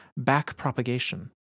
backpropagation